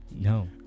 No